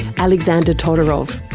alexander todorov,